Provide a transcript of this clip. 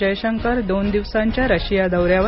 जयशंकर दोन दिवसांच्या रशिया दौऱ्यावर